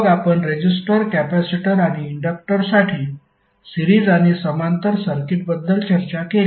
मग आपण resistor capacitor आणि इंडक्टरसाठी सीरिज आणि समांतर सर्किटबद्दल चर्चा केली